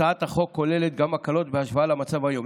הצעת החוק כוללת גם הקלות בהשוואה למצב היום,